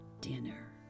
dinner